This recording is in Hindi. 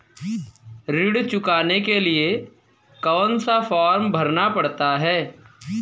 ऋण चुकाने के लिए कौन सा फॉर्म भरना पड़ता है?